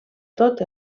tot